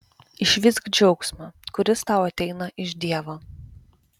išvysk džiaugsmą kuris tau ateina iš dievo